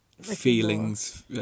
feelings